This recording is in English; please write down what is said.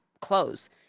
close